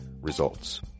Results